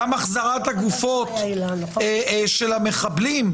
גם החזרת הגופות של המחבלים,